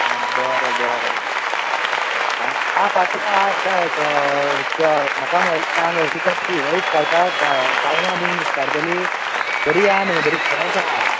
आं बरें बरें आं आं पत्रांव आयक आयक म्हाका मरे तुका ती हे उपकारतां क कालवां बीन उपकारतली बरी आसा नू बरी फ्रेश आसा